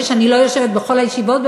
זה שאני לא יושבת בכל הישיבות,